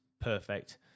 Perfect